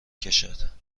کشد